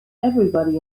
everybody